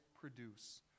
produce